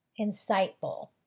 insightful